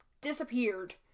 disappeared